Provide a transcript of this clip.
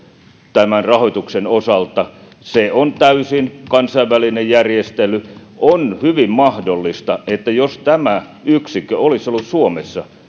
tämän rahoituksen osalta se on täysin kansainvälinen järjestely on hyvin mahdollista että jos tämä yksikkö olisi ollut suomessa